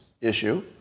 issue